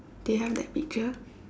do you have that picture